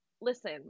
listen